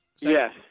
Yes